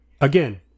Again